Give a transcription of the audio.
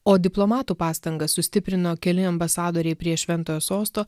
o diplomatų pastangas sustiprino keli ambasadoriai prie šventojo sosto